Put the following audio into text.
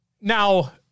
now